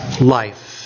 life